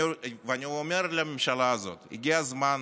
ואני אומר לממשלה הזאת: הגיע הזמן